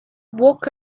walk